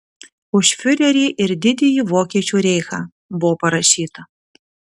už fiurerį ir didįjį vokiečių reichą buvo parašyta